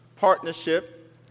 partnership